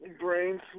Brains